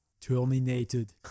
Terminated